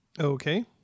Okay